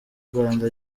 rwanda